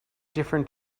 different